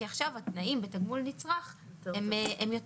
כי עכשיו התנאים בתגמול נצרך טובים,